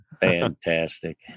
fantastic